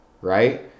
right